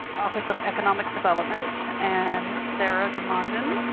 office of economic development and sarah domondon.